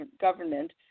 Government